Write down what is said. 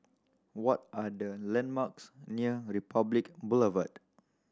what are the landmarks near Republic Boulevard